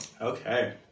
Okay